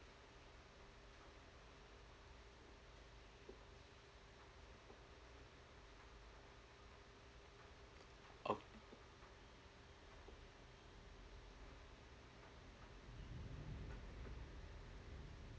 oh